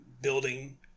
building